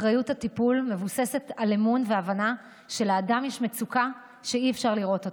אחריות הטיפול מבוססת על אמון ועל הבנה שלאדם יש מצוקה שאי-אפשר לראות.